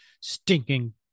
Stinking